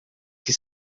que